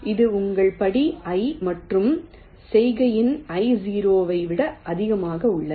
இது உங்கள் படி 'i' மறு செய்கையின் i0 ஐ விட அதிகமாக உள்ளது